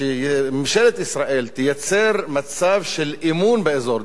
שממשלת ישראל תייצר מצב של אמון באזור,